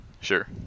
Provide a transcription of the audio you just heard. sure